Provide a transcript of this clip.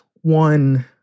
one